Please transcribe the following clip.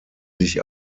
sich